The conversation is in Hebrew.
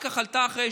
שעלתה אחר כך,